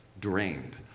drained